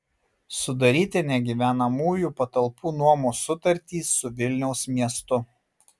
sudaryti negyvenamųjų patalpų nuomos sutartį su vilniaus miestu